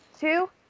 two